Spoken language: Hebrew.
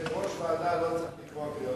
יושב-ראש ועדה לא צריך לקרוא קריאות.